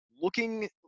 looking